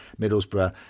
Middlesbrough